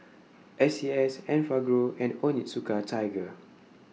S C S Enfagrow and Onitsuka Tiger